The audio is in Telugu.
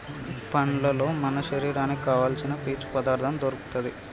పండ్లల్లో మన శరీరానికి కావాల్సిన పీచు పదార్ధం దొరుకుతది